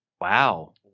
Wow